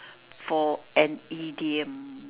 for an idiom